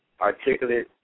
articulate